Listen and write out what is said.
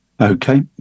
Okay